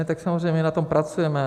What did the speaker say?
Tak samozřejmě, my na tom pracujeme.